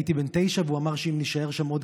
הייתי בן תשע והוא אמר שאם נישאר שם עוד